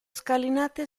scalinate